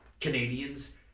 canadians